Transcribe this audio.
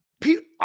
people